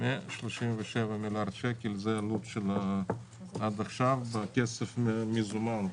137 מיליארד שקל, זו העלות עד עכשיו בכסף מזומן.